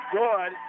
good